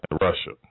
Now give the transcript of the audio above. Russia